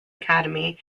academy